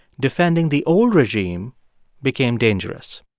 defending the old regime became dangerous.